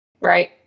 Right